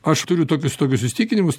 aš turiu tokius tokius įsitikinimus